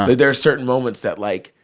there are certain moments that, like,